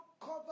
cover